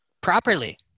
properly